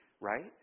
Right